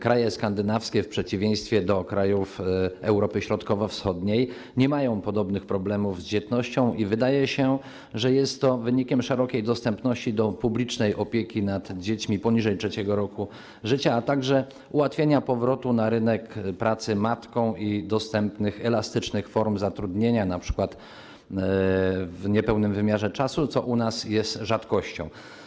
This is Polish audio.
Kraje skandynawskie w przeciwieństwie do krajów Europy Środkowo-Wschodniej nie mają problemów z dzietnością i wydaje się, że jest to wynikiem szerokiej dostępności publicznej opieki nad dziećmi poniżej 3. roku życia, a także ułatwiania powrotu na rynek pracy matkom i funkcjonowania elastycznych form zatrudnienia, np. w niepełnym wymiarze czasu, co u nas jest rzadkością.